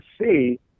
see